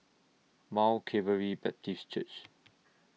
Mount Calvary Baptist Church